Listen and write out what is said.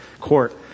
court